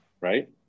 right